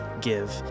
give